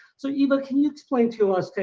so eva can you explain to us, okay,